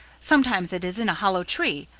sometimes it is in a hollow tree,